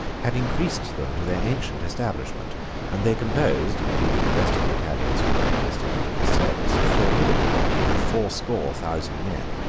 had increased them to their ancient establishment and they composed, including the rest of the italians who were enlisted into his service, a formidable body of fourscore thousand men.